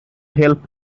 help